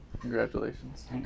Congratulations